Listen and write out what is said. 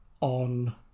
on